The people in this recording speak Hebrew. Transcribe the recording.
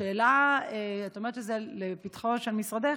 את אומרת שזה לפתחו של משרדך.